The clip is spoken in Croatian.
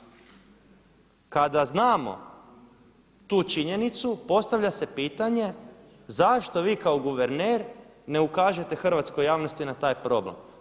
Kada znamo tu činjenicu postavlja se pitanje zašto vi kao guverner ne ukažete hrvatskoj javnosti na taj problem?